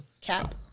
Cap